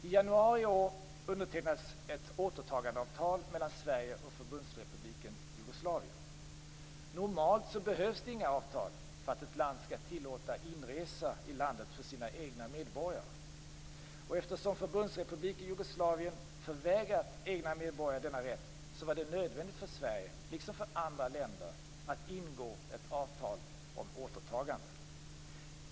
I januari i år undertecknades ett återtagandeavtal mellan Sverige och Förbundsrepubliken Jugoslavien. Normalt behövs inga avtal för att ett land skall tillåta inresa i landet för sina egna medborgare. Eftersom Förbundsrepubliken Jugoslavien förvägrat egna medborgare denna rätt var det nödvändigt för Sverige, liksom för andra länder, att ingå ett avtal om återtagande.